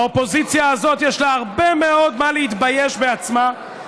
האופוזיציה הזאת יש לה הרבה מאוד מה להתבייש בעצמה,